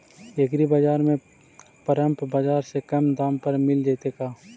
एग्रीबाजार में परमप बाजार से कम दाम पर मिल जैतै का?